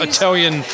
Italian